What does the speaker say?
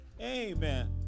Amen